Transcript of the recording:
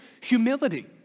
humility